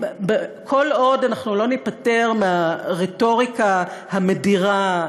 כל עוד אנחנו לא ניפטר מהרטוריקה המדירה,